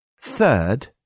Third